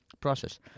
process